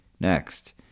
Next